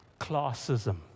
Classism